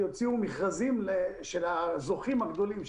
יוציאו מכרזים של הזוכים הגדולים,